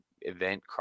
event